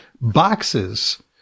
boxes